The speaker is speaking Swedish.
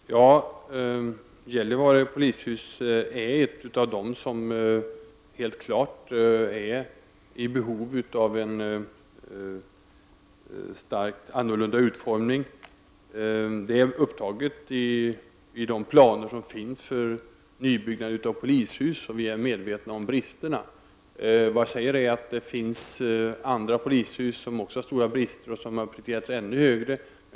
Fru talman! Gällivare polishus är ett av de polishus som helt klart är i behov av en helt annan utformning. Det är upptaget i de planer som finns för nybyggnad av polishus, och vi är medvetna om bristerna. Jag vill bara tilllägga att det finns andra polishus som också har stora brister och vilka man har prioriterat ännu högre.